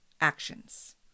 actions